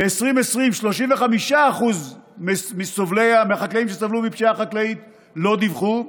ב-2020 35% מהחקלאים שסבלו מפשיעה חקלאית לא דיווחו,